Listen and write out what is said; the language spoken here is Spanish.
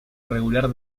regular